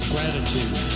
Gratitude